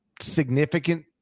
significant